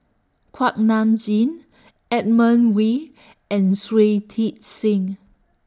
Kuak Nam Jin Edmund Wee and Shui Tit Sing